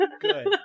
good